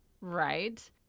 Right